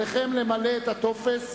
עליכם למלא את הטופס,